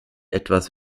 etwas